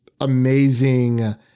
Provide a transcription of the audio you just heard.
amazing